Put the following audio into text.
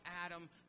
Adam